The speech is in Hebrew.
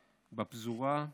בפזורה,